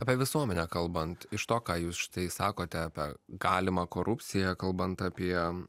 apie visuomenę kalbant iš to ką jūs štai sakote apie galimą korupciją kalbant apie